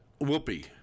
Whoopi